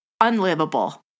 unlivable